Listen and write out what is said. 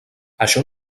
això